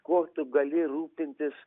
kuo tu gali rūpintis